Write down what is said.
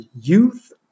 youth